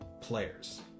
players